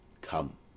Come